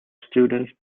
students